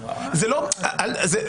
--- מפריז.